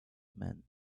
man